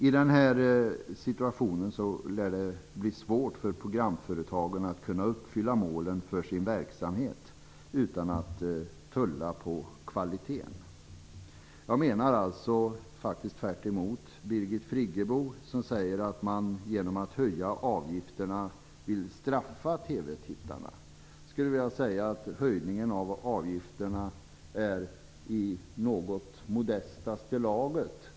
I denna situation lär det bli svårt för programföretagen att kunna uppfylla målen för sin verksamhet utan att tulla på kvaliteten. Jag menar alltså - tvärtemot Birgit Friggebo, som säger att man genom att höja avgifterna vill straffa TV-tittarna - att höjningen av avgiften är i något modestaste laget.